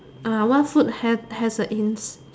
what food have has a in